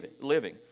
living